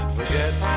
Forget